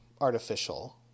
artificial